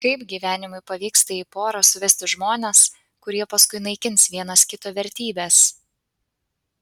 kaip gyvenimui pavyksta į porą suvesti žmones kurie paskui naikins vienas kito vertybes